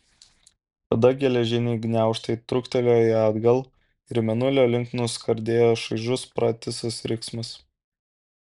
tada geležiniai gniaužtai trūktelėjo ją atgal ir mėnulio link nuskardėjo šaižus pratisas riksmas